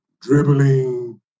dribbling